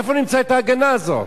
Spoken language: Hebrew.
איפה נמצא את ההגנה הזאת?